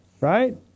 Right